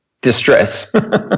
distress